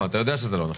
אתה יודע שזה לא נכון.